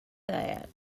that